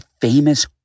famous